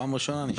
פעם ראשונה אני פה.